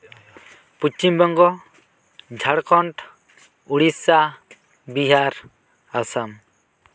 Paschim Banga Jharkhand Odisha Bihar Assam